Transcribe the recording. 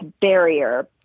barrier